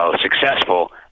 successful